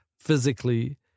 physically